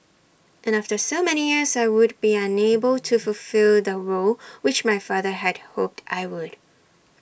and after so many years I would be unable to fulfil the role which my father had hoped I would